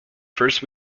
first